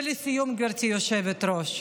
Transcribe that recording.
ולסיום, גברתי היושבת-ראש,